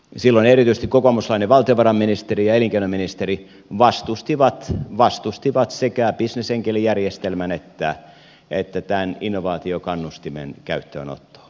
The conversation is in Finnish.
silloin erityisesti kokoomuslainen valtiovarainministeri ja elinkeinoministeri vastustivat sekä bisnesenkelijärjestelmän että tämän innovaatiokannustimen käyttöönottoa